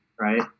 right